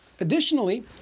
Additionally